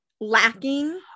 lacking